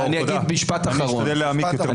אני אשתדל להעמיק יותר בחומר.